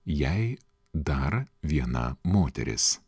jei dar viena moteris